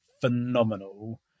phenomenal